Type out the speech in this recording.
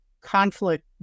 conflict